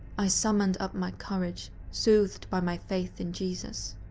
i summoned up my courage, soothed by my faith in jesus.